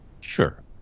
Sure